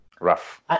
Rough